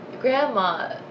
Grandma